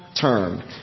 term